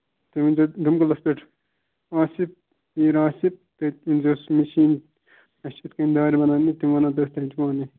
تُہۍ ییٖزیٚو ڈٕم کٔدٕلس پیٚٹھ آسہِ نہٕ آسہِ اَگر تیٚلہِ چھُ امجیٹس منٛز یِنُے اسہِ چھِ یِم دارِ بناوٕنہِ بہٕ ونہو تیٚلہِ تۅہہِ پانے